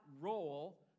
role